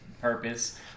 purpose